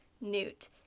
Newt